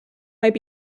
might